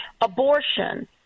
abortion